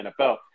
NFL